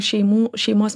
šeimų šeimos